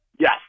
Yes